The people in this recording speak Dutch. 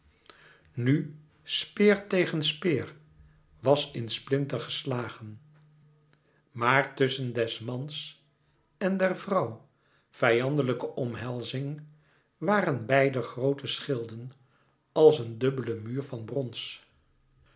nu speer tegen speer was in splinter geslagen maar tusschen des mans en der vrouw vijandelijke omhelzing waren beider groote schilden als een dubbele muur van brons